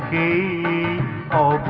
ie oh